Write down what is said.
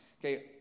Okay